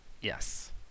Yes